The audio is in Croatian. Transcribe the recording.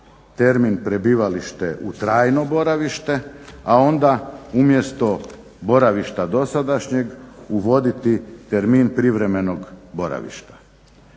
termin prebivalište u trajno boravište, a onda umjesto boravišta dosadašnjeg uvoditi termin privremenog boravišta.